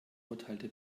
urteilte